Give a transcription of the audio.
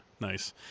Nice